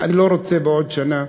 אני לא רוצה בעוד שנה